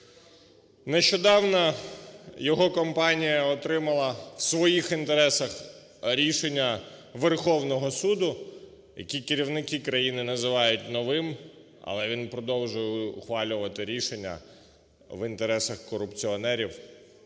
Нещодавно його компанія отримала у своїх інтересах рішення Верховного Суду, який керівники країни називають "новим", але він продовжує ухвалювати рішення в інтересах корупціонерів,